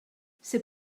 c’est